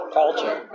culture